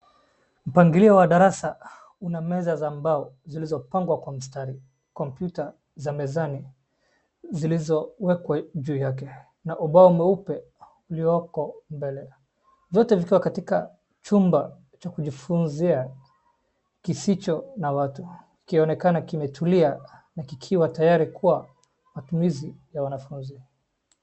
Mpangilio wa darasa una meza za mbao zilizopangwa kwa mstari, kompyuta za mezani zilizowekwa juu yake na ubao mweupe ulioko mbele , zote zikiwa katika chumba cha kufunzia kisicho na watu kionekane kimetlia na kikiwa tayari kwa matumizi ya wanafunzi.